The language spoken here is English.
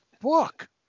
book